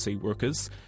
workers